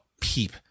peep